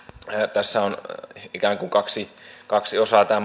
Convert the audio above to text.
tässä on ikään kuin kaksi kaksi osaa tämä